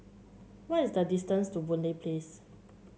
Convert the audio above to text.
what is the distance to Boon Lay Place